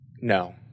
No